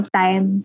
time